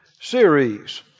series